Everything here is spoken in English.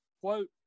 quote